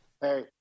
hey